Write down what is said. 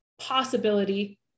possibility